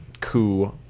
coup